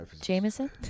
Jameson